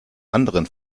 anderen